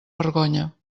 vergonya